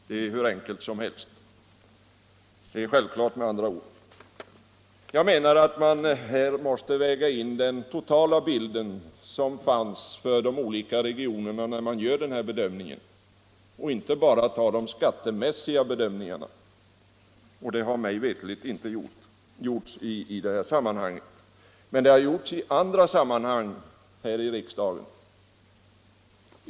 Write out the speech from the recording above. Jag menar att man måste ta hänsyn till den totala bild som de olika regionerna uppvisar när man gör denna bedömning och inte bara tillgripa en skattemässig bedömning. En sådan totalbedömning har mig veterligt inte gjorts i detta sammanhang. Så har dock skett vid andra tillfällen här i riksdagen.